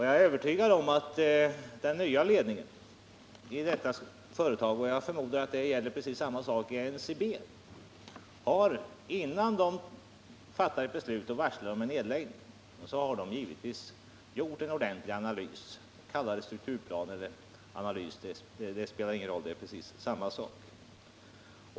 Jag är övertygad om att den nya ledningen i detta företag — jag förmodar att förhållandet är detsamma när det gäller NCB - innan man fattar beslut och varslar om nedläggning har gjort en ordentlig analys eller strukturplan; analys eller strukturplan är precis samma sak.